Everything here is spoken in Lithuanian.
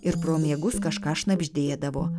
ir pro miegus kažką šnabždėdavo